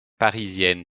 parisiennes